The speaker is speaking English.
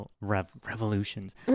revolutions